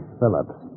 Phillips